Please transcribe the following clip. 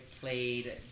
played